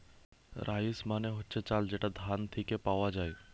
rice মানে হচ্ছে চাল যেটা ধান থিকে পাওয়া যায়